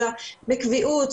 אלא בקביעות.